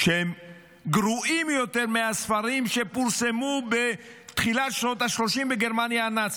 שהם גרועים יותר מהספרים שפורסמו בתחילת שנות השלושים בגרמניה הנאצית,